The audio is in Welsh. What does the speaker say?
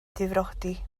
difrodi